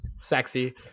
sexy